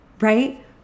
right